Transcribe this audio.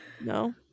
No